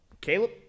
caleb